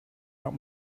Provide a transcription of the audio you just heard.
out